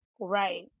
Right